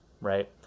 right